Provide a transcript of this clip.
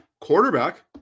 quarterback